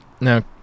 now